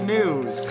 News